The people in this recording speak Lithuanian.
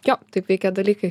jo taip veikia dalykai